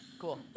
Cool